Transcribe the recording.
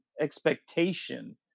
expectation